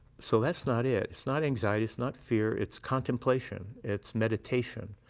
so that's not it. it's not anxiety, it's not fear it's contemplation, it's meditation.